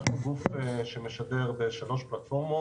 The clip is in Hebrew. אנחנו גוף שמשרד בשלוש פלטפורמות,